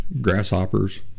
grasshoppers